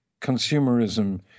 consumerism